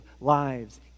lives